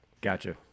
gotcha